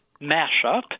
mashup